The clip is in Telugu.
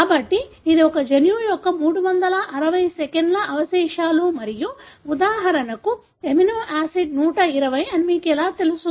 కాబట్టి ఇది ఒక జన్యువు యొక్క మూడువందల అరవై సెకన్ల అవశేషాలు మరియు ఉదాహరణకు ఎమినో ఆసిడ్ నూట ఇరవై అని మీకు ఎలా తెలుసు